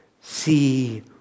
see